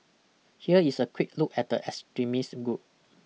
here is a quick look at the extremist group